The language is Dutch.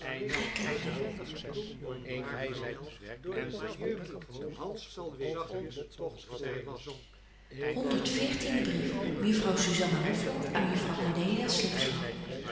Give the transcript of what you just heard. honderd veertiende brief mejuffrouw zuzanna hofland aan mejuffrouw